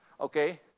okay